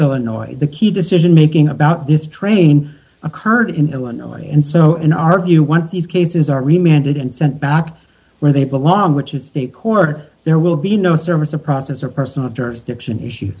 illinois the key decision making about this train occurred in illinois and so in our view one of these cases are reminded and sent back where they belong which is state court there will be no service of process or personal terms diction issue